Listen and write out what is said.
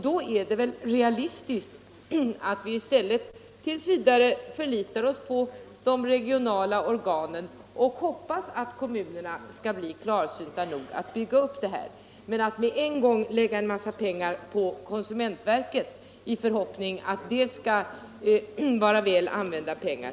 Då är det väl realistiskt att i stället förlita sig på de regionala organen och hoppas att kommunerna skall bli klarsynta nog att bygga upp en sådan här verksamhet. Jag anser inte att vi med en gång skall lägga en massa pengar på konsumentverket i förhoppning om att det skall vara väl använda pengar.